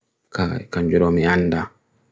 kai kanjuromi anda